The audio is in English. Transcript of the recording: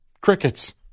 Crickets